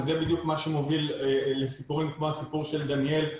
וזה בדיוק מה שמוביל לסיפורים כמו הסיפור של דניאל.